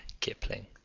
Kipling